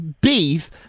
beef